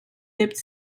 dipped